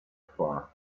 far